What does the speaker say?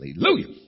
Hallelujah